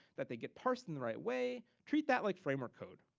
that they get parsed in the right way. treat that like framework code.